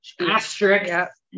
asterisk